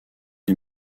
les